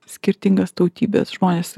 skirtingas tautybes žmonės